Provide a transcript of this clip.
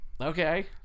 Okay